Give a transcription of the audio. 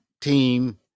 team